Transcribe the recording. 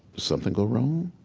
something go wrong?